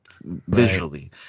visually